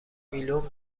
ویلون